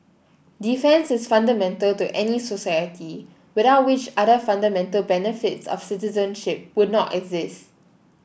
defence is fundamental to any society without which other fundamental benefits of citizenship would not exist